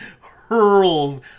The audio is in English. hurls